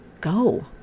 go